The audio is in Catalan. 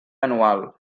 anual